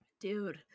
Dude